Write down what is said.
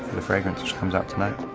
the fragrance which comes out tonight.